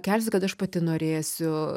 kelsiuosi kada aš pati norėsiu